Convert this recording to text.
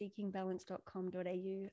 seekingbalance.com.au